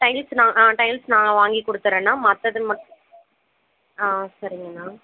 tiles அண்ணா tiles நான் வாங்கிக் கொடுத்துர்றேணா மற்றது மட் சரிங்க அண்ணா